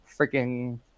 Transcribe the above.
freaking